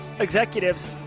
executives